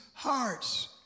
hearts